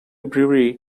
brewery